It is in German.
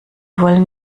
wollen